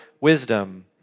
wisdom